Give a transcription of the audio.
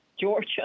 Georgia